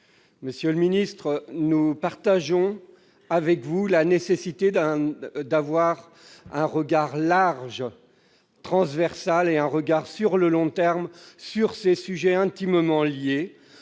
Monsieur le ministre d'État, nous partageons avec vous la nécessité de porter un regard large, transversal et à long terme sur ces sujets intimement liés,